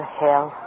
hell